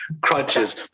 crunches